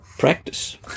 Practice